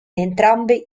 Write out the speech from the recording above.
entrambi